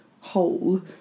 hole